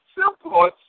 simple